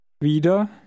wieder